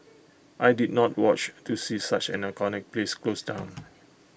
I did not watch to see such an iconic place close down